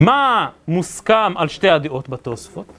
מה מוסכם על שתי הדעות בתוספות?